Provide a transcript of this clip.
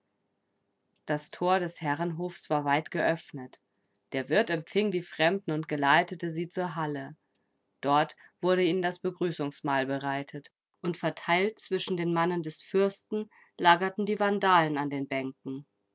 das tor des herrenhofes war weit geöffnet der wirt empfing die fremden und geleitete sie zur halle dort wurde ihnen das begrüßungsmahl bereitet und verteilt zwischen den mannen des fürsten lagerten die vandalen an den bänken